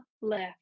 left